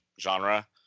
genre